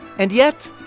and yet,